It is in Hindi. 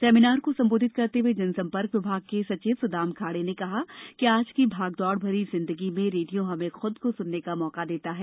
सेमिनार को संबोधित करते हए जनसंपर्क विभाग के सचिव सूदाम खाड़े ने कहा कि आज की भाग दौड़ भरी जिंदगी में रेडियो हमें खूद को सुनने का मौका देता है